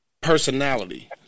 personality